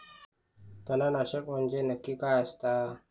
तणनाशक म्हंजे नक्की काय असता?